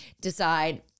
decide